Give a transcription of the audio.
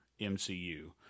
MCU